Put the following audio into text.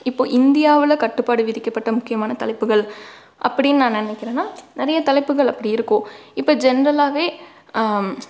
இப்போது இந்தியாவில் கட்டுப்பாடு விதிக்கப்பட்ட முக்கியமான தலைப்புகள் அப்படின் நான் நினைக்கிறனா நிறைய தலைப்புகள் அப்படி இருக்கும் இப்போ ஜென்ரலாகவே